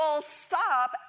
stop